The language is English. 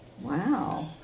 Wow